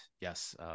yes